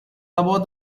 about